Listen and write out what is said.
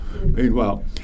Meanwhile